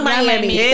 Miami